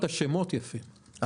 גם השמות יפים מאוד.